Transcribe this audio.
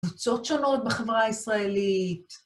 קבוצות שונות בחברה הישראלית.